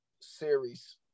series